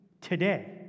today